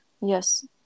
Yes